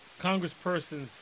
Congresspersons